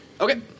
Okay